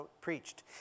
preached